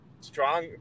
strong